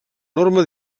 norma